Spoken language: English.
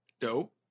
Dope